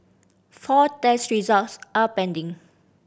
four test results are pending